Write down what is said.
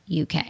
UK